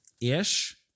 ish